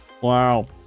Wow